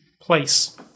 place